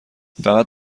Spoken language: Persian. فقط